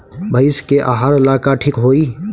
भइस के आहार ला का ठिक होई?